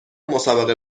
مسابقه